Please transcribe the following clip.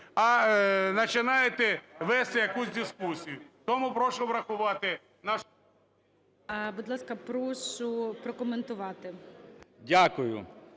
а починаєте вести якусь дискусію. Тому прошу врахувати нашу… ГОЛОВУЮЧИЙ. Будь ласка, прошу прокоментувати.